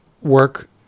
work